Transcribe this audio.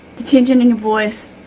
the tension in your voice,